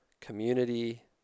community